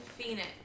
Phoenix